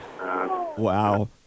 Wow